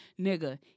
Nigga